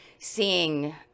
seeing